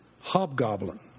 Hobgoblin